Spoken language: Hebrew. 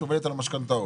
שעובדת על המשכנתאות.